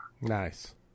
Nice